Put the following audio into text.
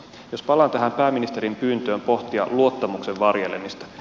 jos palaan tähän pääministerin pyyntöön pohtia luottamuksen varjelemista